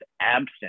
absent